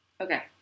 Okay